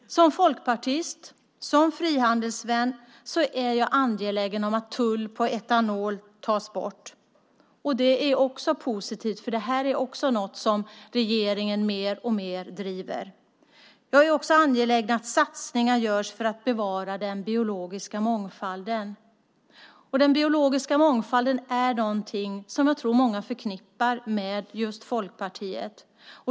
Som folkpartist och frihandelsvän är jag angelägen om att tull på etanol tas bort. Det är också något som är positivt och som regeringen mer och mer driver. Jag är också angelägen om att satsningar görs för att bevara den biologiska mångfalden. Och den biologiska mångfalden är någonting som jag tror att många förknippar med just Folkpartiet.